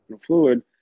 fluid